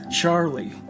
Charlie